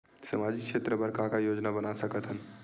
सामाजिक क्षेत्र बर का का योजना बना सकत हन?